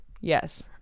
yes